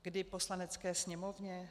Kdy Poslanecké sněmovně?